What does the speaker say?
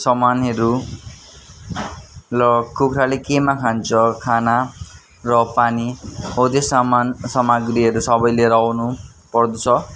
सामानहरू र कुखुराले केमा खान्छ खाना र पानी हो त्यो सामान सामग्रीहरू सबै लिएर आउनु पर्दछ